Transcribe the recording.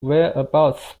whereabouts